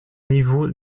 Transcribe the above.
niveau